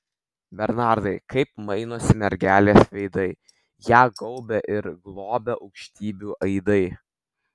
bernardai kaip mainosi mergelės veidai ją gaubia ir globia aukštybių aidai